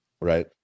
Right